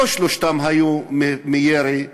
שלושתם לא היו מירי חי,